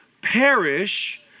perish